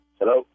Hello